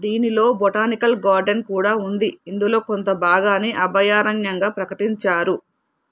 దీనిలో botanical garden కూడా ఉంది ఇందులో కొంత భాగాన్ని అభయారణ్యంగా ప్రకటించారు